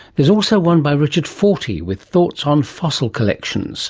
there's also one by richard fortey with thoughts on fossil collections